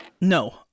No